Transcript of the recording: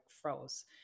froze